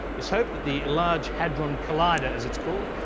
it's hoped that the large hadron collider, as it's called,